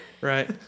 Right